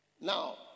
Now